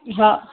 हा